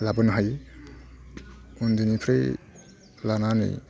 लाबोनो हायो उन्दैनिफ्राय लानानै